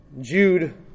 Jude